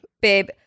babe